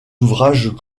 ouvrages